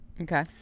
Okay